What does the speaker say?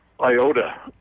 iota